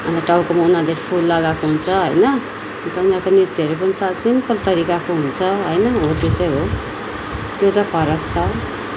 अन्त टाउकोमा उनीहरूले फुल लगाएको हुन्छ होइन अन्त उनीहरूको नृत्यहरू पनि छ सिम्पल तरिकाको हुन्छ हो त्यो चाहिँ हो त्यो चाहिँ फरक छ